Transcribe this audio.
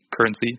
currency